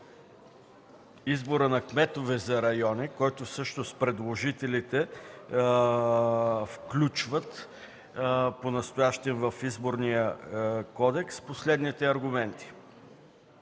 избора на кметове за райони, който всъщност предложителите включват понастоящем в Изборния кодекс по следните аргументи: